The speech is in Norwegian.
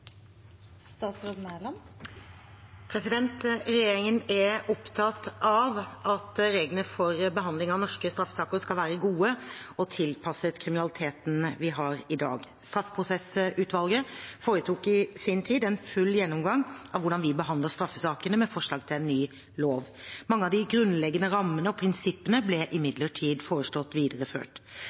opptatt av at reglene for behandling av norske straffesaker skal være gode og tilpasset kriminaliteten vi har i dag. Straffeprosessutvalget foretok i sin tid en full gjennomgang av hvordan vi behandler straffesakene, med forslag til en ny lov. Mange av de grunnleggende rammene og prinsippene ble imidlertid foreslått videreført.